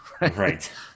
Right